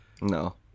No